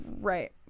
Right